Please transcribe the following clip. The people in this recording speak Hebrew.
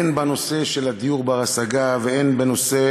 הן בנושא הדיור בר-ההשגה והן בנושא